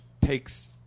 takes